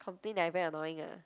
complain that I very annoying ah